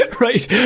Right